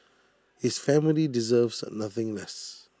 his family deserves nothing less